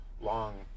long